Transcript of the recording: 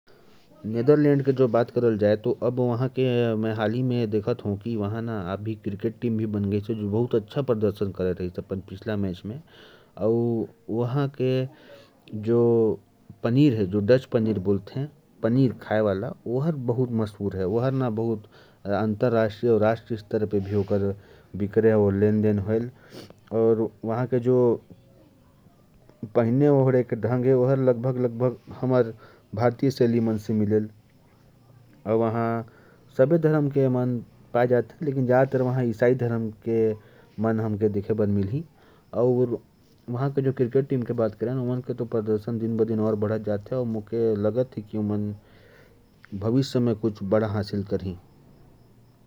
नीदरलैंड की बात करें तो, मैं देख रहा हूँ कि हाल ही में वहां क्रिकेट टीम बनी है, जो बहुत अच्छा प्रदर्शन कर रही है। और वहां का पनीर बहुत मशहूर है, देश-विदेश में इसकी मांग बढ़ी हुई है। पहनावे की बात करें तो, यह भारतीय पहनावे से काफी मिलता-जुलता है। मुख्य रूप से वहां ईसाई धर्म के लोग पाए जाते हैं।